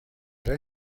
red